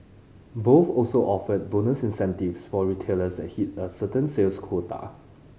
both also offered bonus incentives for retailers that hit a certain sales quota